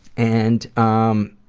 and um,